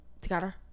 together